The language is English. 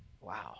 Wow